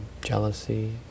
jealousy